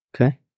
Okay